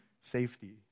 safety